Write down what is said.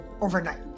overnight